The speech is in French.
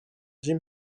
jim